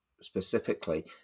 specifically